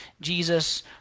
Jesus